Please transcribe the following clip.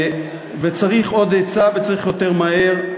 וצריך עוד היצע, וצריך יותר מהר.